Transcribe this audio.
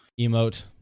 Emote